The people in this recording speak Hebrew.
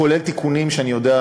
כולל תיקונים שאני יודע,